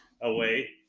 away